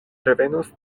revenos